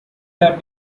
have